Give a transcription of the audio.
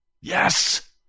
Yes